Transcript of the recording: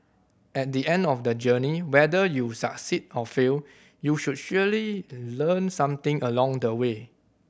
at the end of the journey whether you succeed or fail you sould surely learn something along the way